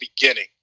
beginning